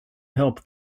help